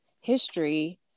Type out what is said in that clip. history